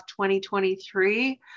2023